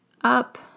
up